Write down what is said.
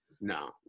no